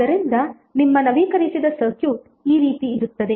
ಆದ್ದರಿಂದ ನಿಮ್ಮ ನವೀಕರಿಸಿದ ಸರ್ಕ್ಯೂಟ್ ಈ ರೀತಿ ಇರುತ್ತದೆ